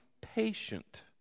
patient